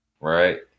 right